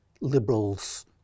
liberals